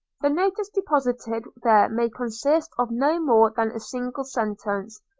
the notice deposited there may consist of no more than a single sentence,